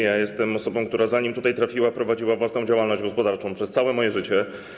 Ja jestem osobą, która zanim tutaj trafiła, prowadziła własną działalność gospodarczą przez całe swoje życie.